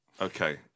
Okay